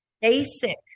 Basic